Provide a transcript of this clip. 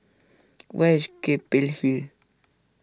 where is Keppel Hill